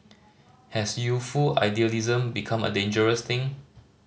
has youthful idealism become a dangerous thing